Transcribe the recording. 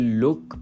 look